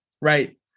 right